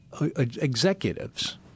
executives